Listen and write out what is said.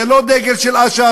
זה לא דגל של אש"ף.